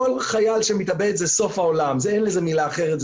כל חייל שמתאבד זה סוף העולם, אין מילה אחרת.